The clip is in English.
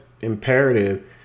imperative